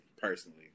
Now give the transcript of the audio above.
personally